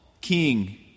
king